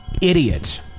idiot